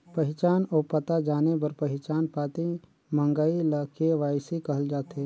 पहिचान अउ पता जाने बर पहिचान पाती मंगई ल के.वाई.सी कहल जाथे